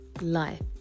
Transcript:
life